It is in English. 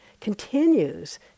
continues